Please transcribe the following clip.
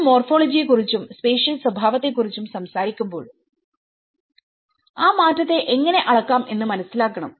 നമ്മൾ മോർഫോളജി യെ കുറിച്ചും സ്പേഷിയൽ സ്വഭാവത്തെ കുറിച്ചും സംസാരിക്കുമ്പോൾ ആ മാറ്റത്തെ എങ്ങനെ അളക്കാം എന്ന് മനസ്സിലാക്കണം